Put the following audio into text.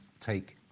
take